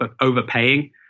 overpaying